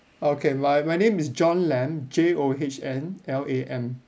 okay my my name is john lam J O H N L A M